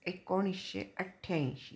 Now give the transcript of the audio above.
एकोणीशे अठ्ठ्याऐंशी